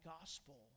gospel